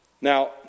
Now